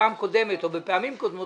בפעם קודמת או בפעמים קודמות,